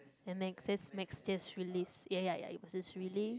x_s-max just released ya ya ya it was